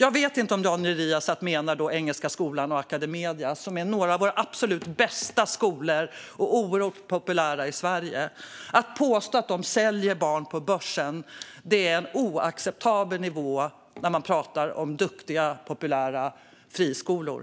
Jag vet inte om Daniel Riazat menar Engelska Skolan och Academedia, som är några av våra absolut bästa skolor och oerhört populära i Sverige. Att påstå att de säljer barn på börsen är en oacceptabel nivå när man pratar om duktiga, populära friskolor.